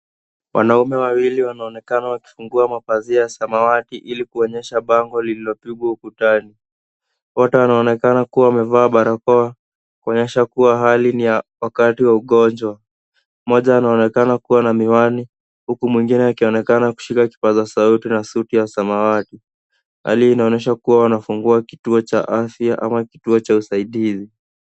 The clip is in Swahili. Wanaume wawili wanaonekana wakifungua mapazia ya samawati ili kuonyesha bango lililopigwa ukutani. Wote wanaonekana kuwa wamevaa barakoa, kuonyesha kuwa hali ni ya wakati wa ugonjwa. Mmoja anaonekana kuwa na miwani, huku mwingine akionekana kushika kipaza sauti na suti ya samawati. Hali hii inaonyesha kuwa wanafungua kituo cha afya ama kituo cha usaidizi.